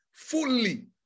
Fully